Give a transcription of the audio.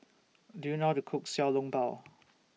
Do YOU know not to Cook Xiao Long Bao